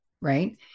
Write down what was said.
right